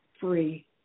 free